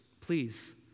please